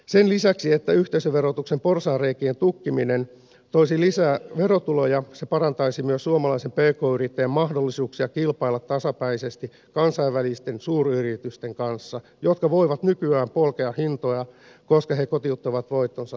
sen lisäksi että yhteisöverotuksen porsaanreikien tukkiminen toisi lisää verotuloja se parantaisi myös suomalaisen pk yrittäjän mahdollisuuksia kilpailla tasapäisesti kansainvälisten suuryritysten kanssa jotka voivat nykyään polkea hintoja koska he kotiuttavat voittonsa veroparatiiseissa